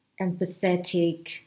empathetic